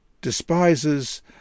despises